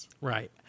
Right